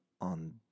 on